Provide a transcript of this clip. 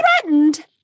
threatened